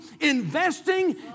investing